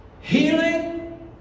Healing